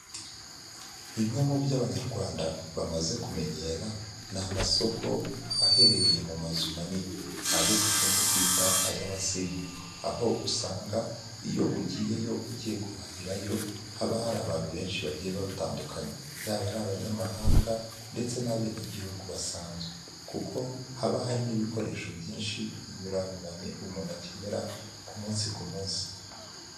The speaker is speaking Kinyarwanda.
Imwe mu byo abanyarwanda bamaze kumenyera, ni amasoko aherereye mu mazu manini, ayo dukunze kwita ay'abasirimu, aho usanga iyo ugiyeyo ugiye guhahirayo, haba hari abantu benshi bagiye batandukanya yaba ari abanyamahanga, ndetse n'abenegihugu basanzwe, kuko haba harimo ibikoresho byinshi binyuranyuranye, umuntu akenera ku munsi ku munsi.